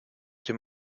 dem